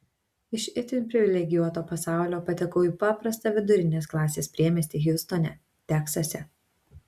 iš itin privilegijuoto pasaulio patekau į paprastą vidurinės klasės priemiestį hjustone teksase